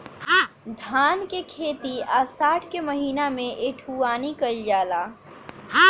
धान के खेती आषाढ़ के महीना में बइठुअनी कइल जाला?